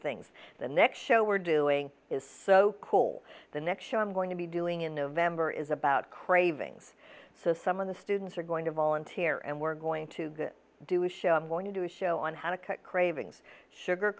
things the next show we're doing is so cool the next show i'm going to be doing in november is about cravings so some of the students are going to volunteer and we're going to go do a show i'm going to do a show on how to cut cravings sugar